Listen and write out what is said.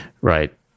Right